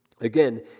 Again